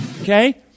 Okay